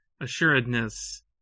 assuredness